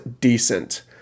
decent